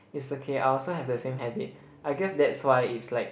it's okay I also have the same habit I guess that's why it's like